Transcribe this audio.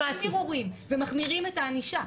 הם מגישים ערעורים ומחמירים את הענישה.